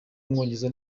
w’umwongereza